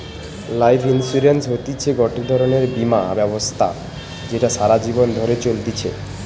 life insurance হতিছে গটে ধরণের বীমা ব্যবস্থা যেটা সারা জীবন ধরে চলতিছে